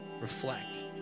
reflect